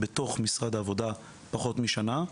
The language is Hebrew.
בתוך משרד העבודה פחות משנה,